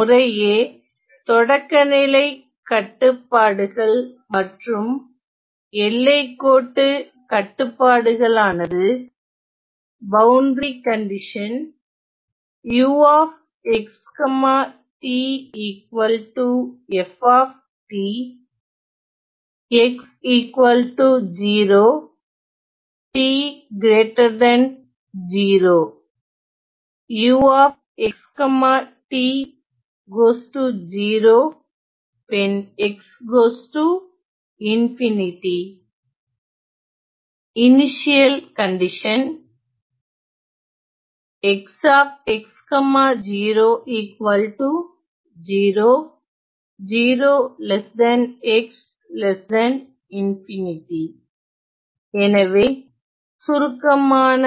முறையே தொடக்கநிலை காட்டுப்பாடுகள் மற்றும் எல்லைக்கோட்டு கட்டுப்பாடுகளானது எனவே சுருக்கமான